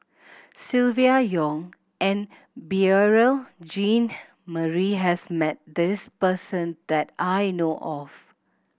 Silvia Yong and Beurel Jean Marie has met this person that I know of